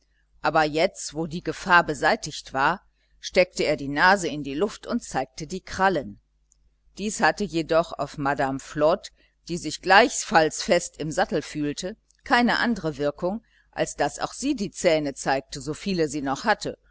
aber jetzt wo die gefahr beseitigt war steckte er die nase in die luft und zeigte die krallen dies hatte jedoch auf madame flod die sich gleichfalls fest im sattel fühlte keine andre wirkung als daß auch sie die zähne zeigte so viele sie noch hatte